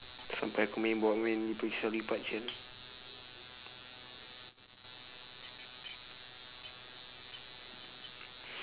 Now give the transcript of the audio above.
sampai aku main buat main ni